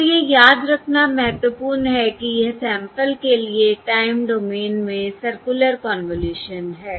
और यह याद रखना महत्वपूर्ण है कि यह सैंपल्स के लिए टाइम डोमेन में सर्कुलर कन्वॉल्यूशन है